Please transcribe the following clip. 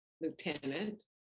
lieutenant